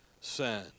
sin